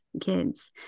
kids